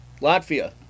Latvia